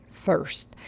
first